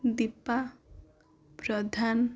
Deepa Pradhan